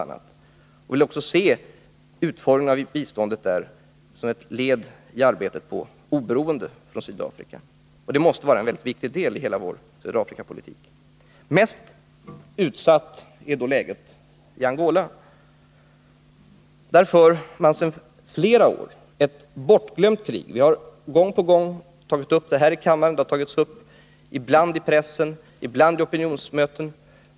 Vi ser utformningen av biståndet där som ett led i arbetet på oberoende från Sydafrika. Det måste vara en mycket viktig del i hela vår Afrikapolitik. Mest utsatt är Angola. Där för man sedan flera år ett bortglömt krig. Vi har gång på gång tagit upp detta här i kammaren, i pressen och på opinionsmöten.